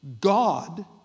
God